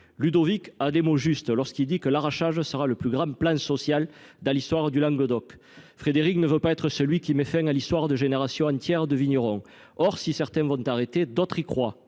Ludovic a les mots justes lorsqu’il dit que « l’arrachage sera le plus grand plan social dans l’histoire du Languedoc ». Frédéric ne veut pas être celui qui mettra fin à l’histoire de générations entières de vignerons. Mais si certains, comme lui, vont